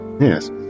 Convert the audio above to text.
Yes